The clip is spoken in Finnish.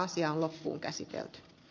tässä olivat huomioni